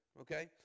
Okay